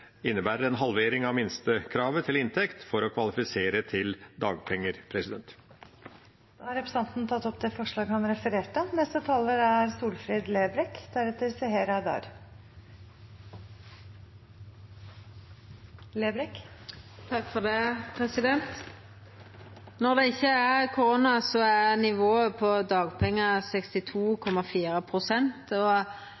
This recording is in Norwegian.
innebærer en halvering av minstekravet til inntekt for å kvalifisere til dagpenger. Representanten Per Olaf Lundteigen har tatt opp det forslaget han refererte til. Når det ikkje er korona, er nivået på